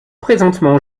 présentement